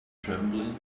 trembling